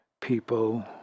people